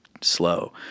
slow